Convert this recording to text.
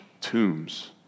tombs